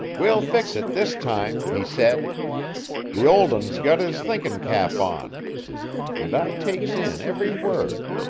we'll fix it this time he said the old un's got his thinkin cap on and i takes in every word,